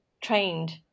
trained